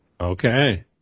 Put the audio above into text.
Okay